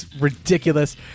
ridiculous